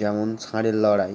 যেমন ষাঁড়ের লড়াই